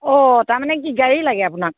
অঁ তাৰমানে কি গাড়ী লাগে আপোনাক